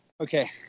Okay